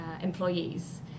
employees